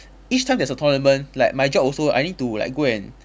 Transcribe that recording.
each time there's a tournament like my job also I need to like go and